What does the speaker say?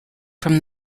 from